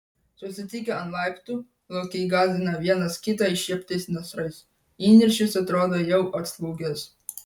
susitikę ant laiptų lokiai gąsdina vienas kitą iššieptais nasrais įniršis atrodo jau atslūgęs